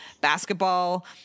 basketball